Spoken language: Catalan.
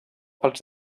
pels